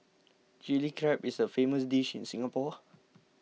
Chilli Crab is a famous dish in Singapore